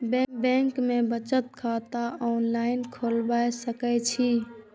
Bank में बचत खाता ऑनलाईन खोलबाए सके छी?